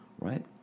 right